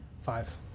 Five